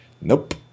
Nope